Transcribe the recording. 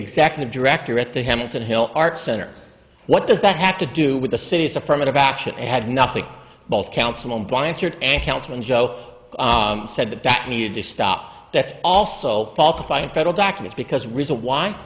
executive director at the hamilton hill art center what does that have to do with the city's affirmative action had nothing both council and council and joe said that that needed to stop that's also falsifying federal documents because reason why